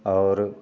आओर